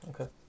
Okay